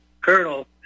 colonel